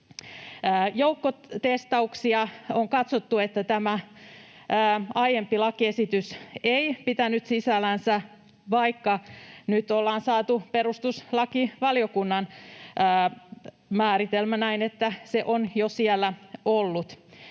epäselvyyttä. On katsottu, että aiempi lakiesitys ei pitänyt sisällänsä joukkotestauksia. Vaikka nyt ollaan saatu perustuslakivaliokunnan määritelmä — näin, että se on jo siellä ollut